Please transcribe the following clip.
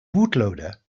bootloader